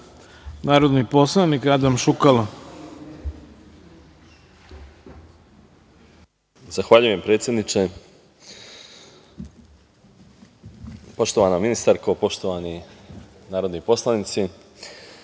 narodni poslanik Adam Šukalo.